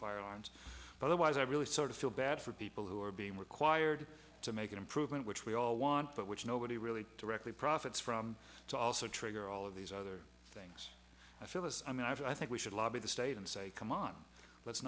fire alarms otherwise i really sort of feel bad for people who are being required to make an improvement which we all want but which nobody really directly profits from it's also trigger all of these other thing i feel us i mean i think we should lobby the state and say come on let's